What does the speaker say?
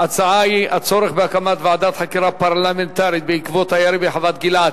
ההצעה היא הצורך בהקמת ועדת חקירה פרלמנטרית בנושא הירי בחוות-גלעד.